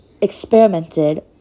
experimented